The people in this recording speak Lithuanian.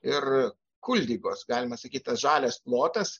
ir kuldigos galima sakyt tas žalias plotas